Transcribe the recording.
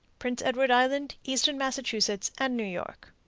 prince edward island, eastern massachusetts, and new york.